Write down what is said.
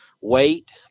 weight